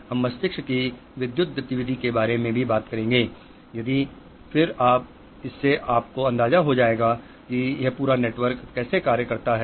हम मस्तिष्क की विद्युत गतिविधि के बारे में भी बात करेंगे फिर शायद इससे आपको अंदाजा हो जाएगा कि यह पूरा नेटवर्क कैसे कार्य करता है